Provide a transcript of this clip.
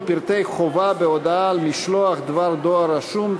פרטי חובה בהודעה על משלוח דבר דואר רשום),